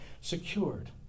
secured